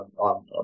on